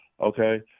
Okay